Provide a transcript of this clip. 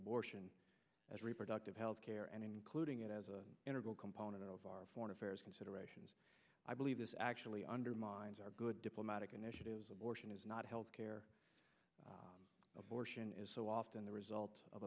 abortion as reproductive health care and including it as an integral component of our foreign affairs considerations i believe this actually undermines our good diplomatic initiatives abortion is not health care abortion is so often the result of